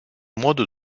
mode